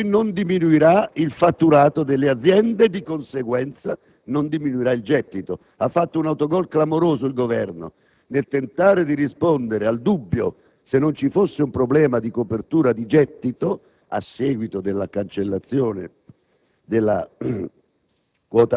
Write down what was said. per cui non diminuirà il fatturato delle aziende e, di conseguenza, non diminuirà il gettito. Il Governo ha fatto un autogol clamoroso: nel tentare di rispondere al dubbio circa la presenza di un problema di copertura di gettito a seguito della cancellazione della quota